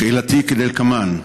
שאלתי היא כדלקמן: